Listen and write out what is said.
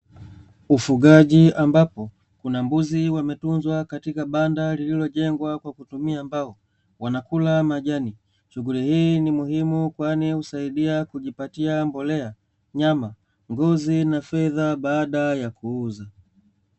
Ufugaji ambapo kuna mbuzi wametunzwa katika banda liliojengea kwa kutumia mbao, wanakula majani shughuli hii ni muhimu kwani husaidia kujipatia mbolea, nyama mbuzi na fedha baada ya kuuza.